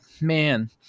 man